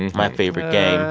my favorite game,